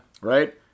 Right